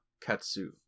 katsu